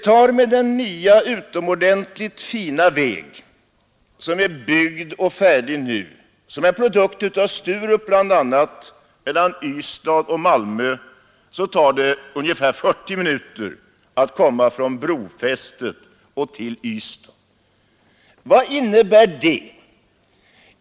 På den nya, utomordentligt fina väg som nu är färdig — en produkt av Sturup bl.a. — tar det ungefär 40 minuter att komma från brofästet i Malmö till Ystad. Vad innebär det?